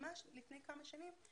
ממש לפני כמה שנים,